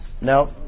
No